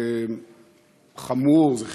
זה חמור, זו חרפה,